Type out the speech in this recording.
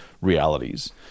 realities